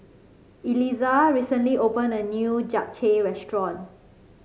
Elizah recently opened a new Japchae Restaurant